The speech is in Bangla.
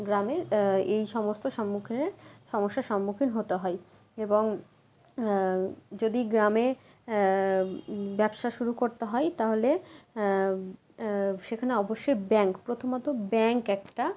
গ্রামের এই সমস্ত সম্মুখীনের সমস্যার সম্মুখীন হতে হয় এবং যদি গ্রামে ব্যবসা শুরু করতে হয় তাহলে সেখানে অবশ্যই ব্যাঙ্ক প্রথমত ব্যাঙ্ক একটা